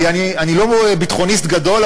ואני לא ביטחוניסט גדול,